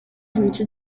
nicyo